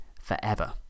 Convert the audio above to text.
forever